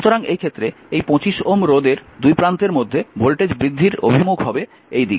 সুতরাং এই ক্ষেত্রে এই 25 Ω রোধের দুই প্রান্তের মধ্যে ভোল্টেজ বৃদ্ধির অভিমুখ হবে এই দিকে